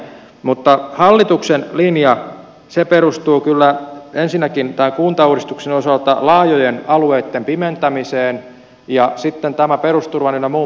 mutta hallituksen linja perustuu kyllä ensinnäkin tämän kuntauudistuksen osalta laajojen alueitten pimentämiseen ja sitten tämän perusturvan ynnä muuta